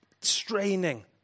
straining